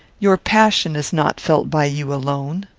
your passion is not felt by you alone.